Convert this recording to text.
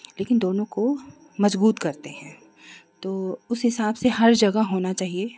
लेकिन दोनों को मज़बूत करते हैं तो उस हिसाब से हर जगह होना चाहिए